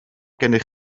gennych